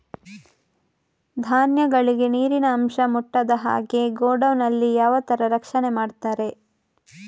ಧಾನ್ಯಗಳಿಗೆ ನೀರಿನ ಅಂಶ ಮುಟ್ಟದ ಹಾಗೆ ಗೋಡೌನ್ ನಲ್ಲಿ ಯಾವ ತರ ರಕ್ಷಣೆ ಮಾಡ್ತಾರೆ?